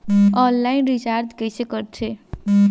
Online recharge कइसे करथे?